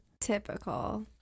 Typical